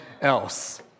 else